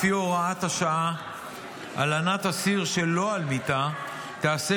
לפי הוראת השעה הלנת אסיר שלא על מיטה תיעשה